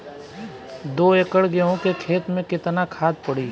दो एकड़ गेहूँ के खेत मे केतना खाद पड़ी?